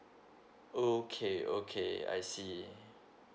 okay okay I see